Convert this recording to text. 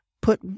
put